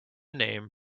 name